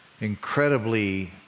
incredibly